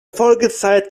folgezeit